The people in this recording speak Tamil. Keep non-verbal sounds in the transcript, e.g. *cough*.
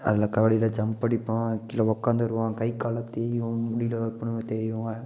அதில் கபடியில ஜம்ப்படிப்பான் கீழே உட்காந்துருவான் கை கழத்தி *unintelligible* தேயும்